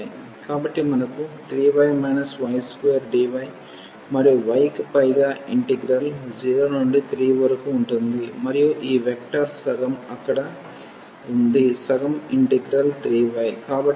కాబట్టి మనకు 3y y2 dy మరియు y కి పైగా ఇంటిగ్రల్ 0 నుండి 3 వరకు ఉంటుంది మరియు ఈ వెక్టర్ సగం అక్కడ ఉంది సగం ఇంటిగ్రల్ 3y